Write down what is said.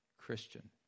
Christian